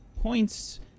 Points